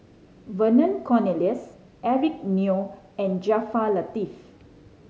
Vernon Cornelius Eric Neo and Jaafar Latiff